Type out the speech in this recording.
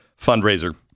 fundraiser